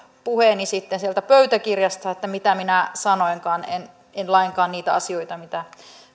puheeni sitten sieltä pöytäkirjasta että mitä minä sanoinkaan en en lainkaan niitä asioita mitä